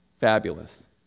Fabulous